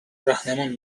رهنمون